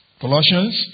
Colossians